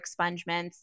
expungements